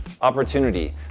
opportunity